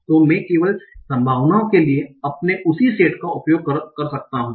तो मैं केवल संभावनाओं के लिए अपने उसी सेट का उपयोग कर सकता हूं